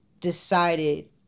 decided